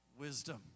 wisdom